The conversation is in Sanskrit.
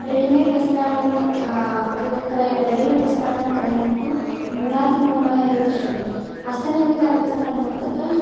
रेडिमेड् वस्त्राणि क्रि क्रयणं रेडिमेड् वस्त्राणां क्रयणं तु न्यूनातिन्यूनम् एव दृश्यते हस्तनिर्मितानि वस्त्राणि एव तत्र